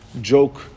joke